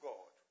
God